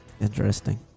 Interesting